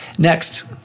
Next